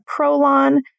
PROLON